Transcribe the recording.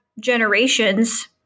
generations